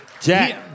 Jack